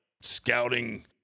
scouting